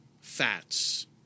fats